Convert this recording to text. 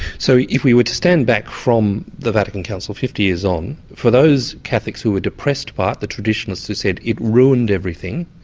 so if we were to stand back from the vatican council fifty years on, for those catholics who were depressed by it, the traditionalists who said it ruined everything,